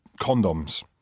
condoms